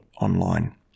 online